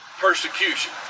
persecution